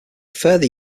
further